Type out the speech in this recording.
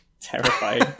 Terrifying